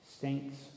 Saints